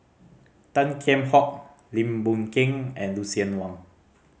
Tan Kheam Hock Lim Boon Keng and Lucien Wang